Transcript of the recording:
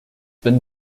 been